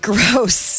Gross